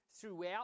throughout